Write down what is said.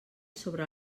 sobre